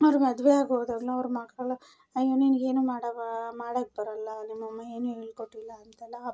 ಅವ್ರು ಮದ್ವೆಯಾಗಿ ಹೋದಾಗಲೂ ಅವ್ರ ಮಕ್ಕಳು ಅಯ್ಯೋ ನಿನಗೇನು ಮಾಡಬಾ ಮಾಡಕ್ಕೆ ಬರಲ್ಲ ನಿಮ್ಮ ಅಮ್ಮ ಏನೂ ಹೇಳ್ಕೊಟ್ಟಿಲ್ಲ ಅಂತೆಲ್ಲ